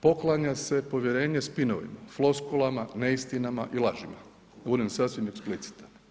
Poklanja se povjerenje spinovima, floskulama, neistinama i lažima, da budem sasvim eksplicite.